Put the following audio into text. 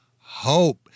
hope